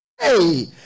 hey